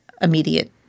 immediate